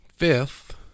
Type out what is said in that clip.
Fifth